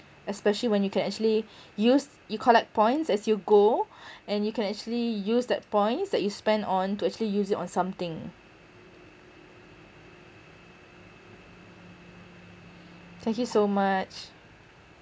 especially when you can actually use you collect points as you go and you can actually use that points that you spend on to actually use it on something thank you so much